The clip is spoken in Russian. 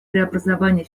преобразований